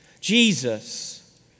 Jesus